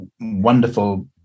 wonderful